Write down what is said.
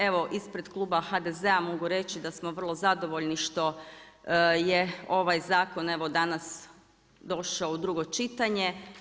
Evo ispred kluba HDZ-a mogu reći da smo vrlo zadovoljni što je ovaj zakon evo danas došao u drugo čitanje.